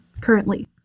currently